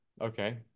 Okay